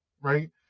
right